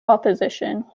opposition